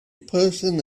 person